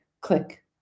click